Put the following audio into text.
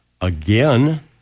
again